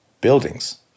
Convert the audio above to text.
buildings